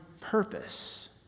purpose